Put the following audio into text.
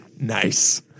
nice